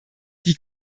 die